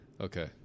Okay